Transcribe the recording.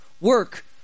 work